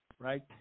right